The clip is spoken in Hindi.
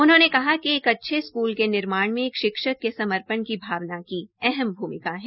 उन्होंने कहा कि एक अच्छे स्कूल के निर्माण में एक शिक्षक के समर्पण की भावना की अहम भूमिका है